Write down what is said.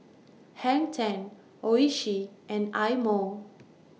Hang ten Oishi and Eye Mo